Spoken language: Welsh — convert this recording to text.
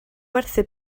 werthu